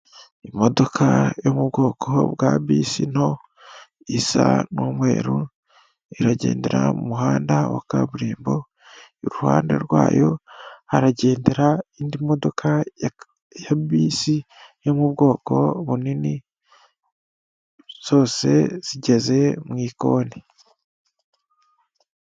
Imodoka yo mu bwoko bwa bisi nto, isa n'umweru iragendera mu muhanda wa kaburimbo iruhande rwayo haragendera indi modoka ya bisi yo mu bwoko bunini zose zigeze mu ikoni.